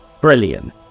Brilliant